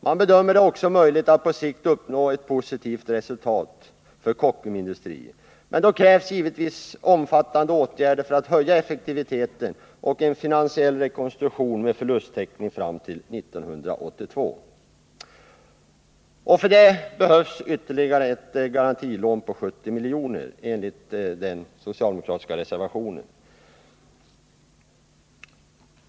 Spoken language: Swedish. Man bedömer det också som möjligt att på sikt uppnå ett positivt resultat för Kockums Industri. Men då krävs givetvis omfattande åtgärder för att höja effektiviteten och få en finansiell rekonstruktion med förlusttäckning fram till 1982. Härför behövs dessutom, enligt den socialdemokratiska reservationen, ett garantilån på 70 milj.kr.